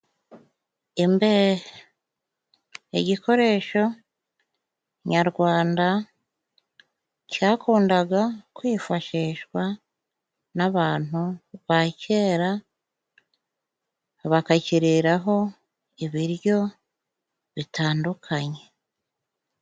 Imbehe ni igikoresho nyarwanda cyakundaga kwifashishwa n'abantu ba kera bakakiriraho ibiryo bitandukanye.